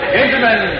Gentlemen